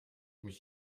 mich